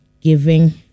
giving